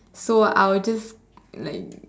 so I'll just like